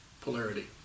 Polarity